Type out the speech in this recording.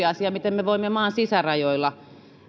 asia miten me voimme maan sisärajoilla